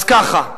אז ככה: